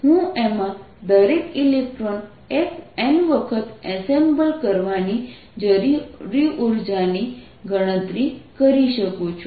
તેથી હું એમાં દરેક ઇલેક્ટ્રોન n વખત એસેમ્બલ કરવાની જરૂરી ઉર્જાની ગણતરી કરી શકું છું